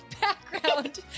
background